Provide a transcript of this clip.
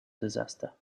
disaster